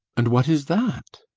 and what is that?